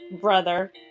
brother